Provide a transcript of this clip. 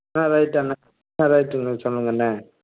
ஆ right அண்ணா ஆ ரைட்டுண்ணா சொல்லுங்கண்ணா